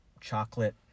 chocolate